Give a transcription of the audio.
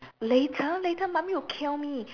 later later mommy will kill me